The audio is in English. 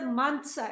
months